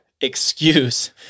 excuse